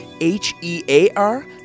H-E-A-R